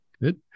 Good